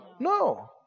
No